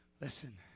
Listen